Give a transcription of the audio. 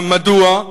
מדוע?